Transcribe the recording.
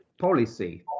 policy